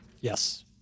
Yes